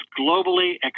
globally